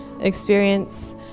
experience